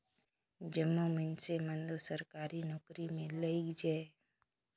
जम्मो मइनसे मन दो सरकारी नउकरी में नी लइग जाएं